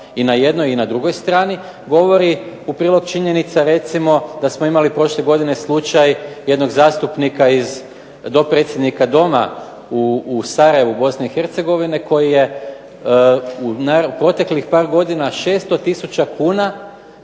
i na jednoj i na drugoj strani, govori u prilog činjenice recimo da smo imali prošle godine slučaj jednog zastupnika dopredsjednika Doma u Sarajevu Bosne i Hercegovine koji je u proteklih par godina 600 tisuća